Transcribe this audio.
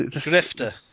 Drifter